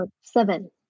seven